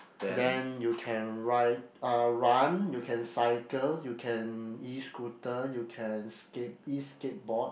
then you can ride uh run you can cycle you can E-Scooter you can skate E-skateboard